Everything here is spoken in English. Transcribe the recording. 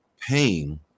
pain